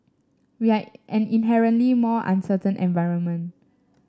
we are an inherently more uncertain environment